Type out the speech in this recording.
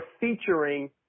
featuring